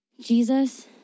Jesus